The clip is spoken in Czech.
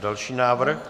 Další návrh.